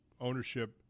ownership